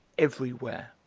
everywhere.